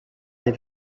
des